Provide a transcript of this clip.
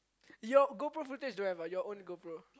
your GoPro footage don't have your own GoPro